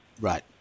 Right